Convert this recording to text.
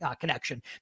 connection